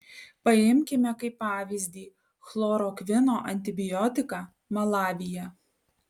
paimkime kaip pavyzdį chlorokvino antibiotiką malavyje